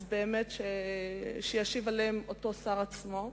אז שישיב עליהן אותו השר עצמו.